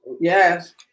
Yes